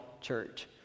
church